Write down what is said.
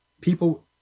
People